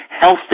healthy